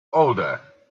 older